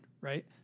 Right